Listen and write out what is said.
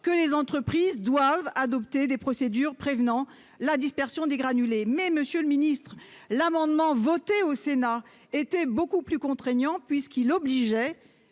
que les entreprises doivent adopter des procédures prévenant la dispersion des granulés. Cependant, monsieur le ministre, l'amendement voté au Sénat était bien plus contraignant, puisqu'il visait